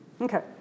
Okay